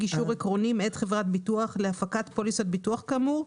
אישור עקרוני מאת חברת ביטוח להפקת פוליסת ביטוח כאמור,